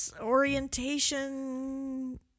orientation